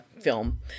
film